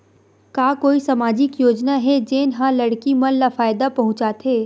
का कोई समाजिक योजना हे, जेन हा लड़की मन ला फायदा पहुंचाथे?